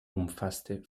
umfasste